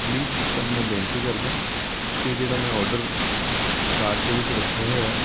please ਤੁਹਾਨੂੰ ਮੈਂ ਬੇਨਤੀ ਕਰਦਾ ਕਿ ਜਿਹੜਾ ਮੈਂ ਔਡਰ ਕਾਰਟ ਦੇ ਵਿੱਚ ਰੱਖਿਆ ਹੋਇਆ